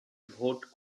vote